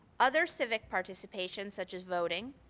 other civic participation such as voting,